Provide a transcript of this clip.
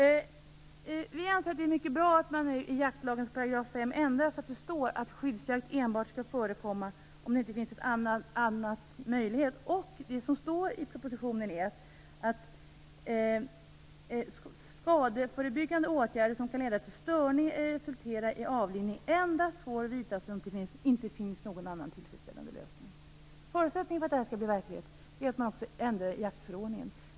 I propositionen står det att skadeförebyggande åtgärder som kan leda till störning eller resultera i avlivning endast får vidtas om det inte finns någon annan tillfredsställande lösning. Förutsättningen för att det här skall bli verklighet är att man också ändrar i jaktförordningen.